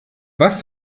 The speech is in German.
was